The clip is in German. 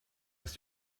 ist